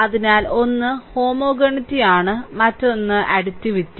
അതിനാൽ ഒന്ന് homogeneity and മറ്റൊന്ന് അഡിറ്റിവിറ്റി